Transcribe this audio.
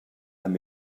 amb